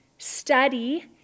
study